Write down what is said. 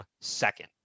second